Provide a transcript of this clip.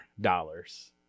dollars